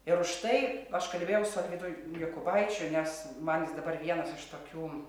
ir už tai aš kalbėjau su alvydu jokubaičiu nes man jis dabar vienas iš tokių